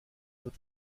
wird